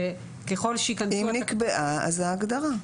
אם נקבעה, אז זו ההגדרה.